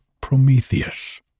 Prometheus